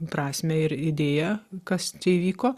prasmę ir idėją kas įvyko